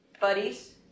buddies